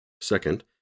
Second